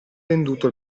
venduto